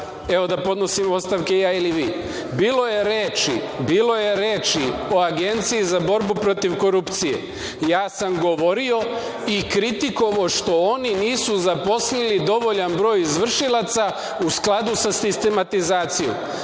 evo da podnesemo ostavku ja ili vi. Bilo je reči o Agenciji za borbu protiv korupcije. Ja sam govorio i kritikovao što oni nisu zaposlili dovoljan broj izvršilaca u skladu sa sistematizacijom.